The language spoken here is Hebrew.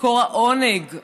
מקור העונג,